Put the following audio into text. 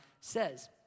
says